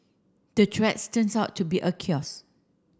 the threats turned out to be a chaos